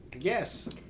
Yes